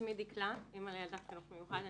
שמי דקלה, אני אימא לילדה בחינוך מיוחד.